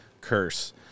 curse